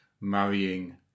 marrying